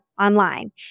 online